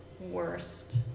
worst